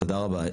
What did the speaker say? תודה רבה.